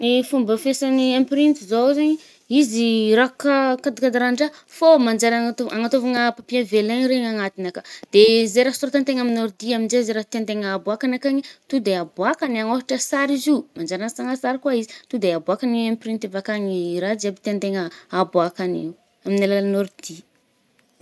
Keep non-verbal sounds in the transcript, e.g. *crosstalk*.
Ny fomba fiasan’ny imprinty zao zaigny, izy *hesitation* raha ca-cad-cadre ndraha fô manjary anàtô-anatôvagna *hesitation* papier velin regny anatigny aka. De zay raha soratantegna amin’ny ordi aminje, zay raha tiàntegna aboàkany akàgny, to de aboàkagny agny. Ôhatra sary izio, manjary anasagna sary koà izy. To de aboàkagny i-imprinty avàkagny i raha jiaby tiàntegna aboàkanigny, amin’ny alalan’ny ordi.